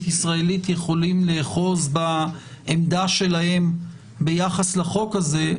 ישראלית יכולים לאחוז בעמדה שלהם ביחס לחוק הזה,